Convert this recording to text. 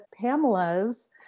Pamela's